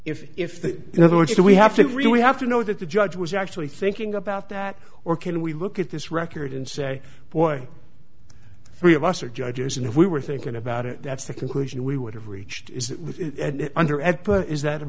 if if they in other words do we have to really have to know that the judge was actually thinking about that or can we look at this record and say boy three of us are judges and if we were thinking about it that's the conclusion we would have reached is that under at but is that a